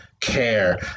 care